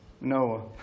Noah